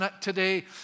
today